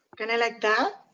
kind of like that.